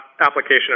application